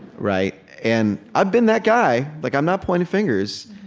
right? and i've been that guy. like i'm not pointing fingers.